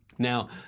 Now